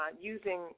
using